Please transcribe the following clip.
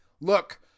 look